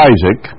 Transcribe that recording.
Isaac